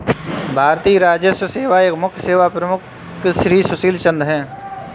भारतीय राजस्व सेवा के मुख्य सेवा प्रमुख श्री सुशील चंद्र हैं